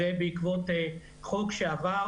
וזה בעקבות חוק שעבר